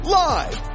live